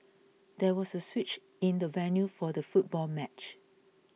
there was a switch in the venue for the football match